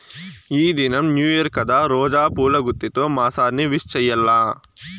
ఈ దినం new year కదా రోజా పూల గుత్తితో మా సార్ ని విష్ చెయ్యాల్ల